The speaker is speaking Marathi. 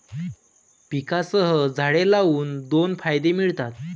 पिकांसह झाडे लावून दोन फायदे मिळतात